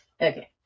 Okay